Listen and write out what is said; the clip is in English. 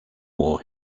war